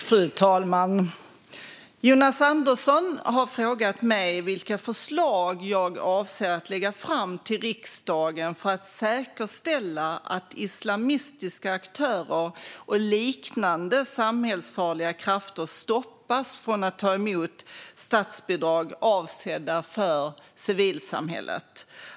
Fru talman! har frågat mig vilka förslag jag avser att lägga fram till riksdagen för att säkerställa att islamistiska aktörer och liknande samhällsfarliga krafter stoppas från att ta emot statsbidrag avsedda för civilsamhället.